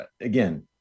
again